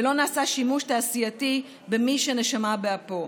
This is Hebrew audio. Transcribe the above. ולא נעשה שימוש תעשייתי במי שנשמה באפו.